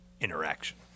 interaction